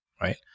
right